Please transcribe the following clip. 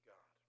God